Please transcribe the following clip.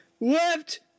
Left